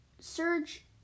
Surge